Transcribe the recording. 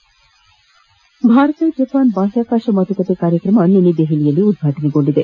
Bharat Japan ಬಾಪ್ಕಾಕಾಶ ಮಾತುಕತೆ ಕಾರ್ಯಕ್ರಮ ನಿನ್ನೆ ದೆಪಲಿಯಲ್ಲಿ ಉದ್ಘಾಟನೆಗೊಂಡಿದೆ